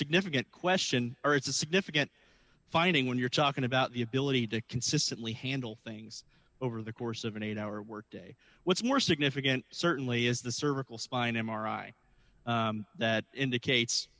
significant question or it's a significant finding when you're talking about the ability to consistently handle things over the course of an eight hour workday what's more significant certainly is the cervical spine m r i that indicates